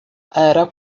era